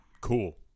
cool